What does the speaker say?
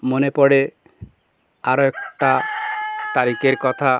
মনে পড়ে আরও একটা তারিখের কথা